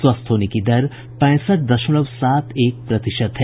स्वस्थ होने की दर पैंसठ दशमलव सात एक प्रतिशत है